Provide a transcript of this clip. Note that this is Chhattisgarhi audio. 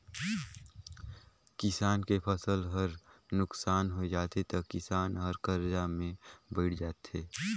किसान के फसल हर नुकसान होय जाथे त किसान हर करजा में बइड़ जाथे